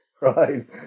right